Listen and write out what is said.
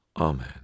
Amen